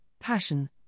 passion